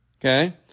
Okay